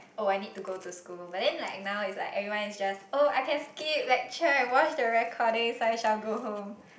oh I need to go to school but then like now is like everyone is just oh I can skip lecture and watch the recording so I shall go home